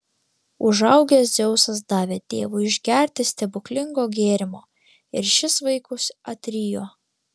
užaugęs dzeusas davė tėvui išgerti stebuklingo gėrimo ir šis vaikus atrijo